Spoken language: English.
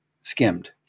skimmed